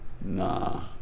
nah